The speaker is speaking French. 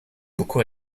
beaucoup